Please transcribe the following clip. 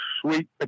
sweet